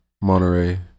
Monterey